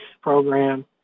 program